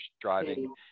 driving